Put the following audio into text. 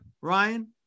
Ryan